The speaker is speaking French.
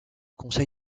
conseil